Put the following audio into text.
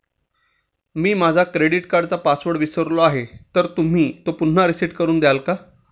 मी माझा क्रेडिट कार्डचा पासवर्ड विसरलो आहे तर तुम्ही तो पुन्हा रीसेट करून द्याल का?